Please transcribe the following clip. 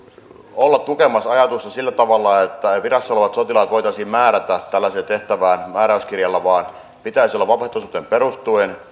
olla tukemassa ajatusta sillä tavalla että virassa olevat sotilaat voitaisiin määrätä tällaiseen tehtävään määräyskirjalla vaan pitäisi olla vapaaehtoisuuteen perustuen